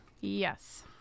Yes